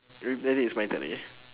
it's my turn again